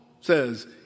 says